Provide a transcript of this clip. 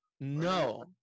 No